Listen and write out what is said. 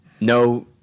no –